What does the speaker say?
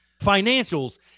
financials